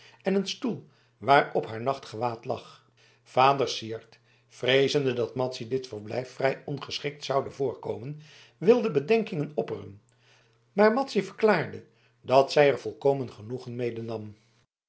en een stoel waarop haar nachtgewaad lag vader syard vreezende dat madzy dit verblijf vrij ongeschikt zoude voorkomen wilde bedenkingen opperen maar madzy verklaarde dat zij er volkomen genoegen mede